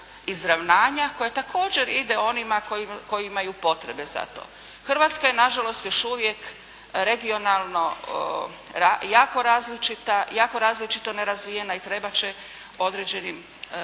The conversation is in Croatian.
koja također ide onima koji imaju potrebe za to. Hrvatska je na žalost još uvijek regionalno jako različita, jako različito nerazvijena i trebat će određenim